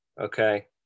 Okay